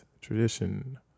tradition